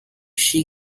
she